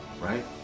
right